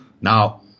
Now